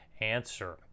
answer